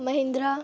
Mahindra